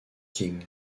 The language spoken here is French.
king